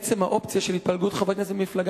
עצם האופציה של התפלגות חברי כנסת ממפלגה